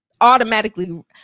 automatically